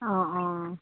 অঁ অঁ